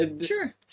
Sure